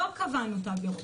לא קבענו תו ירוק.